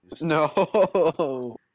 No